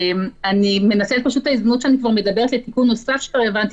אני רוצה לנצל את ההזדמנות שאני מדברת לתיקון נוסף שהוא רלוונטי